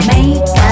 Make